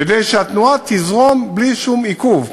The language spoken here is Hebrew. כדי שהתנועה תזרום בלי שום עיכוב.